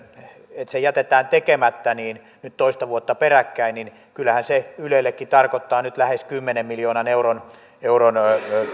että indeksitarkistus jätetään tekemättä nyt toista vuotta peräkkäin tarkoittaa ylellekin nyt lähes kymmenen miljoonan euron euron